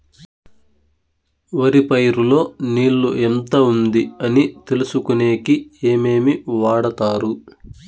వరి పైరు లో నీళ్లు ఎంత ఉంది అని తెలుసుకునేకి ఏమేమి వాడతారు?